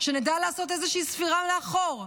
שנדע לעשות איזושהי ספירה לאחור.